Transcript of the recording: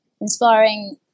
Inspiring